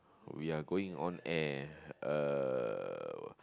we are going on air uh